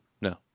No